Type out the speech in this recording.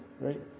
right